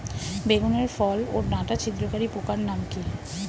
বেগুনের ফল ওর ডাটা ছিদ্রকারী পোকার নাম কি?